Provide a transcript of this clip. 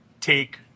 take